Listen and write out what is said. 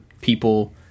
people